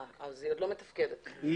היא עוד לא מתפקדת.